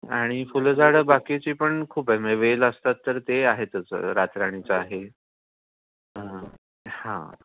आणि फुलझाडं बाकीची पण खूप आहे म्हणजे वेल असतात तर ते आहे तसं रातराणीचं आहे हां